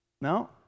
No